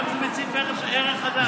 היום זה מציף ערך חדש.